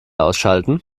ausschalten